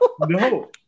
No